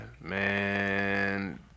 Man